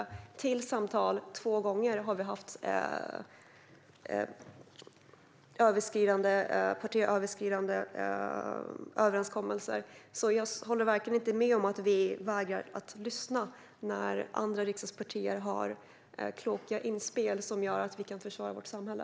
Vi har bjudit in till samtal, och två gånger har vi nått partiöverskridande överenskommelser. Jag håller verkligen inte med om att vi vägrar att lyssna när andra riksdagspartier har kloka inspel som gör att vi kan försvara vårt samhälle.